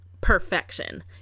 perfection